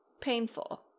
painful